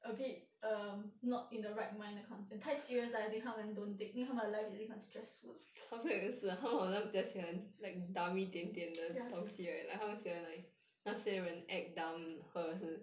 a bit err not in the right mind 的 content 太 serious 的 I think 他们 don't dig 因为他们的 life 已经很 stressful ya